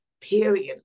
period